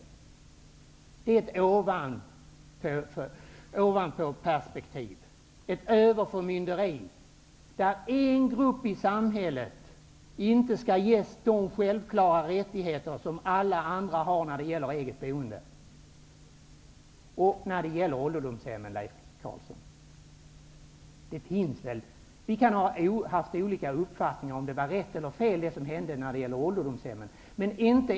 Det är ett perspektiv från ovan, ett överförmynderi, där en grupp i samhället inte skall ges de självklara rättigheter som alla andra har när det gäller eget boende. Vi kan ha olika uppfattningar om det var rätt eller fel det som hände med ålderdomshemmen, Leif Carlson.